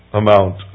amount